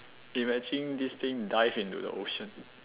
imagine this thing dives into the ocean